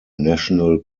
national